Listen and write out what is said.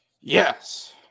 Yes